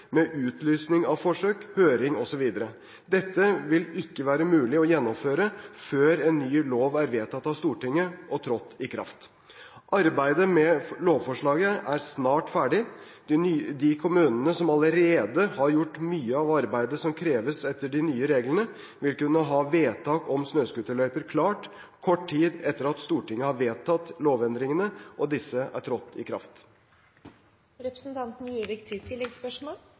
med utlysning av forsøk, høring osv. Dette vil ikke være mulig å gjennomføre før en ny lov er vedtatt av Stortinget og trådt i kraft. Arbeidet med lovforslaget er snart ferdig. De kommunene som allerede har gjort mye av arbeidet som kreves etter de nye reglene, vil kunne ha vedtak om snøscooterløyper klart kort tid etter at Stortinget har vedtatt lovendringene og disse er trådt i